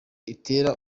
itera